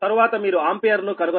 తరువాత మీరు ఆంపియర్ ను కనుగొనాలి